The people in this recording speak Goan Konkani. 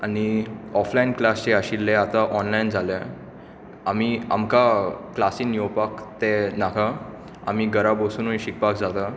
आनी ऑफलायन क्लास जे आशिल्ले ते आतां ऑनलायन जाल्या आमी आमकां क्लासींत येवपाक ते नाका आमी घरा बसुनूय शिकपाक जाता